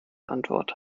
antwort